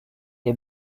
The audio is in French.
est